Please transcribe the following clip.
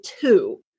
two